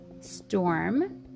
Storm